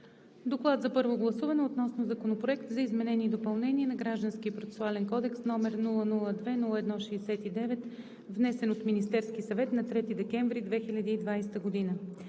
приеме на първо гласуване Законопроект за изменение и допълнение на Гражданския процесуален кодекс, № 002-01-69, внесен от Министерския съвет на 3 декември 2020 г.“